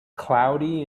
cloudy